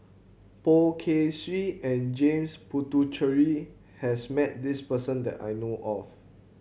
Poh Kay Swee and James Puthucheary has met this person that I know of